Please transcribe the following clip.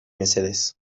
mesedez